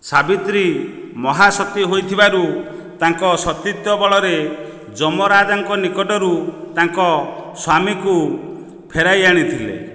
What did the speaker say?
ସାବିତ୍ରୀ ମହା ସତୀ ହୋଇଥିବାରୁ ତାଙ୍କ ସତୀତ୍ୱ ବଳରେ ଯମରାଜାଙ୍କ ନିକଟରୁ ତାଙ୍କ ସ୍ୱାମୀ ଙ୍କୁ ଫେରାଇ ଆଣିଥିଲେ